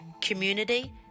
community